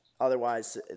Otherwise